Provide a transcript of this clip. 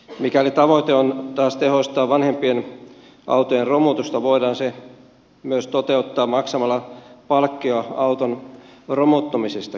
mikäli tavoite on taas tehostaa vanhempien autojen romutusta voidaan se myös toteuttaa maksamalla palkkio auton romuttamisestakin